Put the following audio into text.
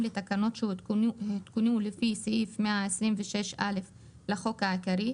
לתקנות שהותקנו לפי סעיף 126(א) לחוק העיקרי,